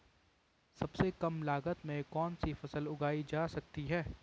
सबसे कम लागत में कौन सी फसल उगाई जा सकती है